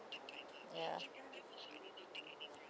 ya